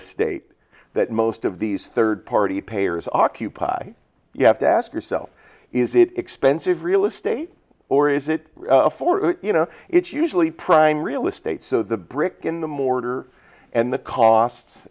estate that most of these third party payors occupy you have to ask yourself is it expensive real estate or is it for you know it's usually prime real estate so the brick and mortar and the costs